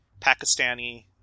Pakistani